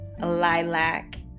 lilac